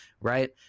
right